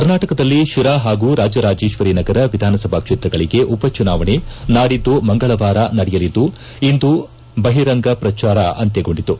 ಕರ್ನಾಟಕದಲ್ಲಿ ಶಿರಾ ಹಾಗೂ ರಾಜರಾಜೇಶ್ವರಿನಗರ ವಿಧಾನಸಭಾ ಕ್ಷೇತ್ರಗಳಿಗೆ ಉಪಚುನಾವಣೆ ನಾಡಿದ್ದು ಮಂಗಳವಾರ ನಡೆಯಲಿದ್ದು ಇಂದು ಬಹಿರಂಗ ಪ್ರಚಾರ ಅಂತ್ನಗೊಂಡಿತು